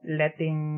letting